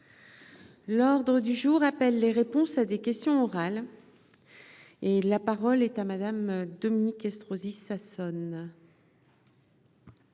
L'ordre du jour appelle les réponses à des questions orales. La parole est à Mme Dominique Estrosi Sassone,